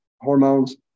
hormones